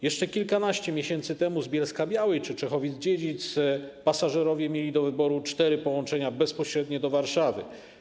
Jeszcze kilkanaście miesięcy temu z Bielska-Białej czy Czechowic-Dziedzic pasażerowie mieli do wyboru cztery bezpośrednie połączenia do Warszawy.